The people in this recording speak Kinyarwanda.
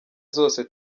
zose